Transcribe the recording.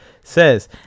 says